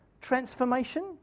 transformation